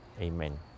Amen